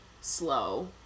slow